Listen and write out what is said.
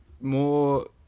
More